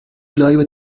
لایو